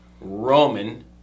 Roman